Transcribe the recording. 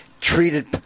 treated